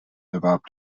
erwarb